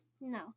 No